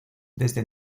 desde